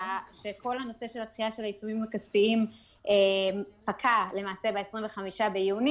שכל הנושא של הדחייה של העיצומים הכספיים פקע ב-25 ביוני.